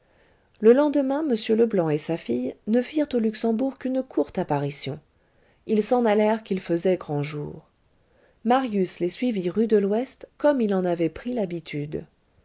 le lendemain m leblanc et sa fille ne firent au luxembourg qu'une courte apparition ils s'en allèrent qu'il faisait grand jour marius les suivit rue de l'ouest comme il en avait pris l'habitude